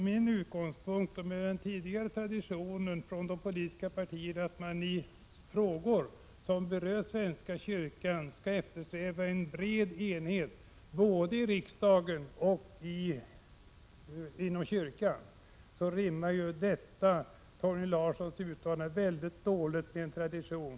Min utgångspunkt är traditionen att de politiska partierna i frågor som berör svenska kyrkan skall eftersträva en bred enighet både i riksdagen och inom kyrkan, men detta Torgny Larssons uttalande rimmar väldigt dåligt med denna tradition.